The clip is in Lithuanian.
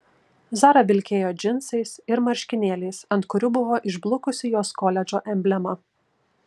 zara vilkėjo džinsais ir marškinėliais ant kurių buvo išblukusi jos koledžo emblema